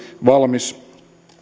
valmis